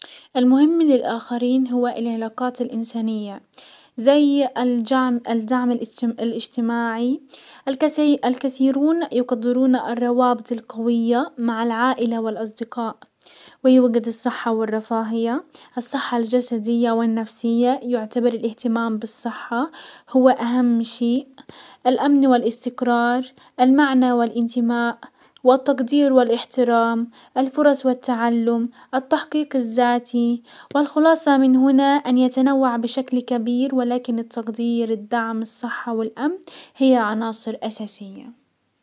المهم للاخرين هو العلاقات الانسانية زي الدعم الاجتماعي الكثيرون يقدرون الروابط القوية مع العائلة والاصدقاء ويوجد الصحة والرفاهية. الصحة الجسدية و النفسية، يعتبر الاهتمام بالصحة هو اهم شي، الامن، والاستقرار المعنى، والانتماء، والتقدير، والاحترام الفرص، والتعلم التحقيق الزاتي، والخلاصة من هنا ان يتنوع بشكل كبير ولكن التقدير دعم الصحة والامن هي عناصر اساسية.